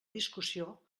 discussió